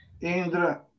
Indra